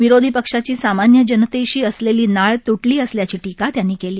विरोधी पक्षाची सामान्य जनतेशी असलेली नाळ त्टली असल्याची टीका त्यांनी केली